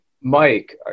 Mike